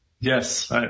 Yes